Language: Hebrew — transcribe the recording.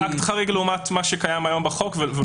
אקט חריג לעומת מה שקיים היום בחוק.